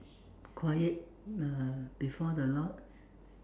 quiet uh before the Lord